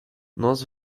nós